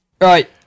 Right